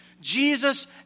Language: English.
Jesus